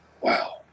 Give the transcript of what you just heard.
wow